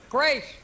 Great